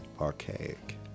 archaic